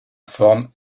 forme